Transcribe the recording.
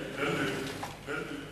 ההצעה להעביר את הנושא לוועדת הכספים